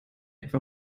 etwa